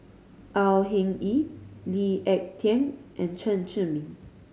Au Hing Yee Lee Ek Tieng and Chen Zhiming